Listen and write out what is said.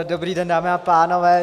Dobrý den, dámy a pánové.